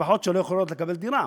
למשפחות שלא יכולות לקבל דירה,